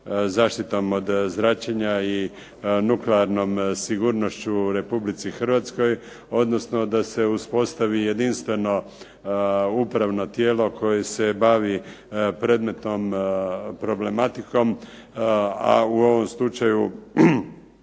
zaštitom od zračenja i nuklearnom sigurnošću u Republici Hrvatskoj, odnosno da se uspostavi jedinstveno upravno tijelo koje se bavi predmetnom problematikom, a u ovom slučaju